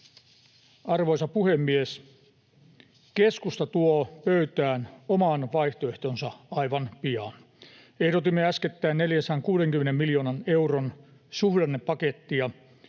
Arvoisa puhemies! Keskusta tuo pöytään oman vaihtoehtonsa aivan pian. Ehdotimme äskettäin 460 miljoonan euron suhdannepakettia,